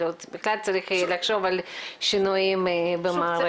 בכלל צריך יהיה לחשוב על שינויים במערכת.